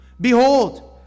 Behold